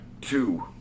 Two